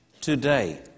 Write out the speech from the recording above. today